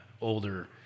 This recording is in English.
older